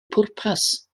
pwrpas